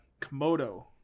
Komodo